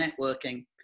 networking